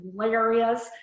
hilarious